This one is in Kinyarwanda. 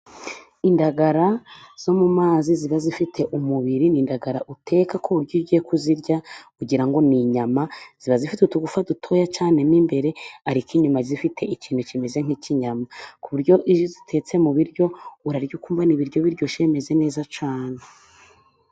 Indagara zo mu mazi ziba zifite umubiri ,n'indagara uteka ku buryo ugiye kuzirya kugira n'inyama ,ziba zifite utugufa dutoya cyane mo imbere ariko inyuma zifite ikintu kimeze nk'ikinyama, ku buryo iyo zitetse mu biryo ,urarya ukumva ni ibiryo biryoshye bimeze neza cyane.